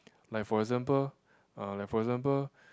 like for example uh like for example